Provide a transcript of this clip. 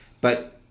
but-